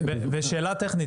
שאלה טכנית.